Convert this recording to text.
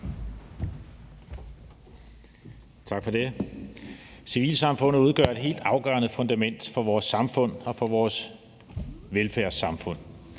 Tak for det. Civilsamfundet udgør et helt afgørende fundament for vores samfund og for vores velfærdssamfund.